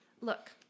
Look